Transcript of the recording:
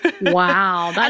Wow